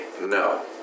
No